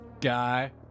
guy